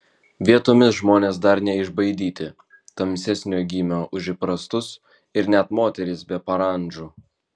vietomis žmonės dar neišbaidyti tamsesnio gymio už įprastus ir net moterys be parandžų